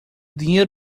dinheiro